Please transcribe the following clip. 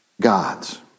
God's